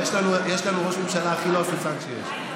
יש לנו ראש ממשלה הכי לא הססן שיש,